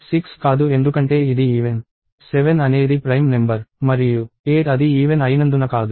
6 కాదు ఎందుకంటే ఇది ఈవెన్ 7 అనేది ప్రైమ్ నెంబర్ మరియు 8 అది ఈవెన్ అయినందున కాదు